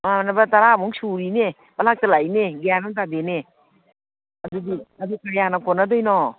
ꯃꯃꯥꯟꯅꯕ ꯇꯔꯥꯃꯨꯛ ꯁꯨꯔꯤꯅꯦ ꯄꯪꯂꯥꯛꯇ ꯂꯥꯛꯏꯅꯦ ꯒ꯭ꯌꯥꯟ ꯑꯝ ꯇꯥꯗꯦꯅꯦ ꯑꯗꯨꯗꯤ ꯑꯗꯨ ꯀꯌꯥꯅ ꯀꯣꯟꯅꯗꯣꯏꯅꯣ